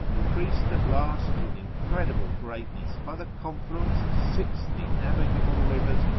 increased at last to an incredible greatness by the confluence of sixty navigable rivers,